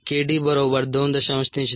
3710 3s 1 428